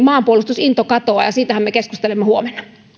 maanpuolustusinto katoaa ja siitähän me keskustelemme huomenna